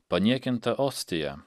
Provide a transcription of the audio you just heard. paniekinta ostija